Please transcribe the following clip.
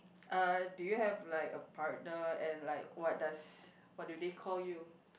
uh do you have like a partner and like what does what do they call you